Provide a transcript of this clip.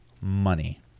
money